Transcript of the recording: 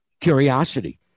Curiosity